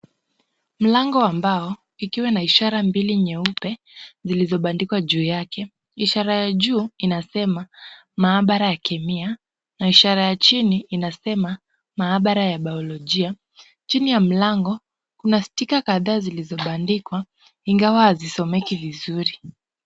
Mlango wa mbao ikiwa na ishara mbili nyeupe zilizobandikwa juu yake. Ishara ya juu inasema maabara ya Kemia na ishara ya chini inasema maabara ya Bayolojia. Chini ya mlango kuna stika kadhaa zilizobandikwa ingawa hazisomeki vizuri.